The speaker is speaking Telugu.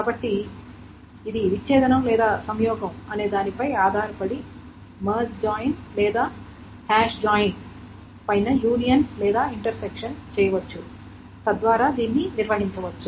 కాబట్టి ఇది విచ్ఛేదనం లేదా సంయోగం అనేదానిపై ఆధారపడి మెర్జ్ జాయిన్ లేదా హాష్ జాయిన్ పైన యూనియన్ లేదా ఇంటర్సెక్షన్ చేయవచ్చు తద్వారా దీనిని నిర్వహించవచ్చు